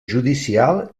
judicial